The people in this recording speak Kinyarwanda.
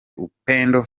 upendo